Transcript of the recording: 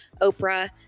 Oprah